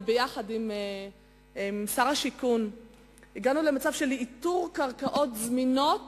וביחד עם שר השיכון הגענו למצב של איתור קרקעות זמינות